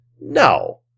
No